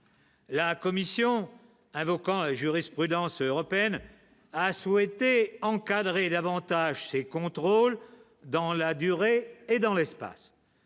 La commission invoquant jurisprudence européenne a souhaité encadrer davantage ces contrôles dans la durée et dans l'espace,